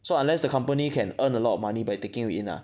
so unless the company can earn a lot of money by taking you in ah